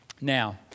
Now